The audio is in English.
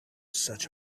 such